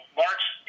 mark's